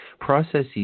processes